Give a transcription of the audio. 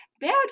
bad